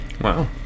Wow